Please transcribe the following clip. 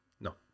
No